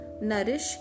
nourish